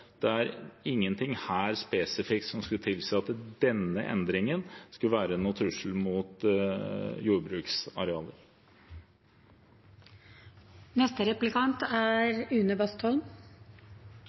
det er ingenting spesifikt her som skulle tilsi at denne endringen vil være noen trussel mot